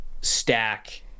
stack